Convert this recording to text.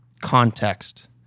context